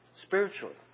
spiritually